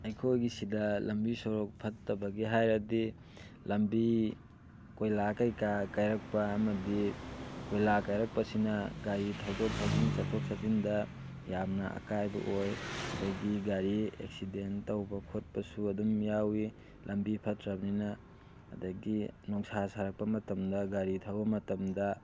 ꯑꯩꯈꯣꯏꯒꯤ ꯁꯤꯗ ꯂꯝꯕꯤ ꯁꯣꯔꯣꯛ ꯐꯠꯇꯕꯒꯤ ꯍꯥꯏꯔꯗꯤ ꯂꯝꯕꯤ ꯀꯣꯏꯂꯥ ꯀꯩꯀꯥ ꯀꯥꯏꯔꯛꯄ ꯑꯃꯗꯤ ꯀꯣꯏꯂꯥ ꯀꯥꯏꯔꯛꯄꯁꯤꯅ ꯒꯥꯔꯤ ꯊꯧꯗꯣꯛ ꯊꯧꯖꯤꯟ ꯆꯠꯊꯣꯛ ꯆꯠꯁꯤꯟꯗ ꯌꯥꯝꯅ ꯑꯀꯥꯏꯕ ꯑꯣꯏ ꯑꯗꯒꯤ ꯒꯥꯔꯤ ꯑꯦꯛꯁꯤꯗꯦꯟ ꯇꯧꯕ ꯈꯣꯠꯄꯁꯨ ꯑꯗꯨꯝ ꯌꯥꯎꯋꯤ ꯂꯝꯕꯤ ꯐꯠꯇ꯭ꯔꯕꯅꯤꯅ ꯑꯗꯒꯤ ꯅꯣꯡꯁꯥ ꯁꯥꯔꯛꯄ ꯃꯇꯝꯗ ꯒꯥꯔꯤ ꯊꯧꯕ ꯃꯇꯝꯗ